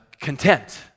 content